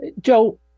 Joe